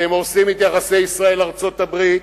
אתם הורסים את יחסי ישראל ארצות-הברית,